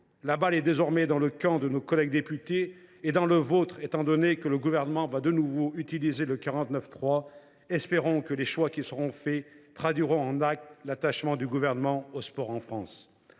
La balle est désormais dans le camp de nos collègues députés, mais surtout dans le vôtre, étant donné que le Gouvernement va de nouveau utiliser le 49.3. Espérons que les choix qui seront faits traduiront en actes l’attachement du Gouvernement au sport en France.